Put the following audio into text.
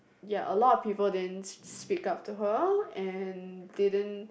ya a lot of people didn't s~ s~ speak up to her and didn't